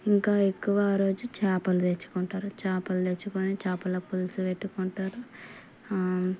ఇంకా ఎక్కువ ఆ రోజు చేపలు తెచ్చుకుంటారు చేపలు తెచ్చుకొని చేపల పులుసు పెట్టుకుంటారు